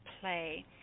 play